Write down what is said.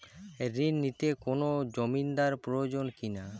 ঋণ নিতে কোনো জমিন্দার প্রয়োজন কি না?